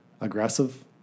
aggressive